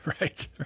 Right